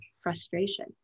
frustration